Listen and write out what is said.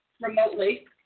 remotely